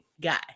guy